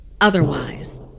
Otherwise